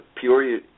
Peoria